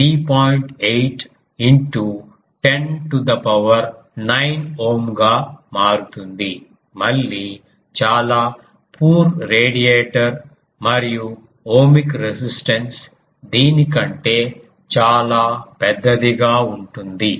8 into 10 to the power 9 ohm గా మారుతుంది మళ్ళీ చాలా పూర్ రేడియేటర్ మరియు ఓహ్మిక్ రెసిస్టెన్స్ దీని కంటే చాలా పెద్దదిగా ఉంటుంది